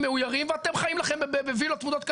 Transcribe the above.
מעויירים ואתם חיים לכם בווילות צמודות קרקע.